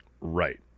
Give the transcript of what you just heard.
Right